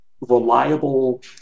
reliable